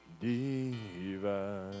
divine